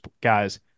guys